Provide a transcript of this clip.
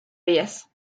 díaz